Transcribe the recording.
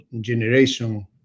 generation